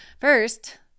first